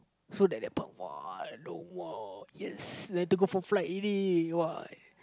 so that that point !wah! low more yes to for flight already !wah!